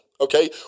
Okay